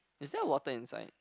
is there water inside